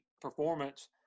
performance